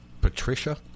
Patricia